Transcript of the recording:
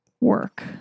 work